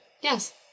Yes